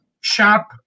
sharp